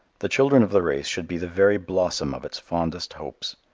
the children of the race should be the very blossom of its fondest hopes.